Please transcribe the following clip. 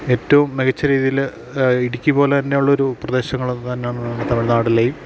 ഏറ്റവും മികച്ച രീതിയിൽ ഇടുക്കി പോലെ തന്നെയുള്ള ഒരു പ്രദേശങ്ങൾ തന്നെ ആണ് തമിഴ്നാടിലെയും